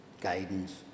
Guidance